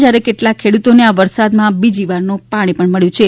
જ્યારે કેટલાંક ખેડૂતોને આ વરસાદમાં બીજીવારનું પાણી પણ મબ્યું છે